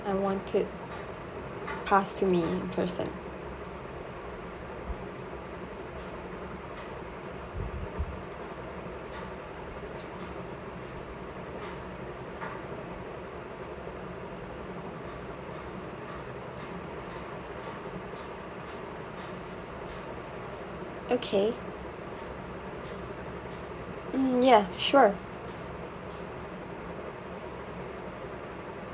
I want it pass to me in person okay mm ya sure